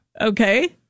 Okay